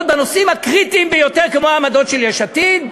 בנושאים הקריטיים ביותר כמו העמדות של יש עתיד?